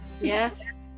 Yes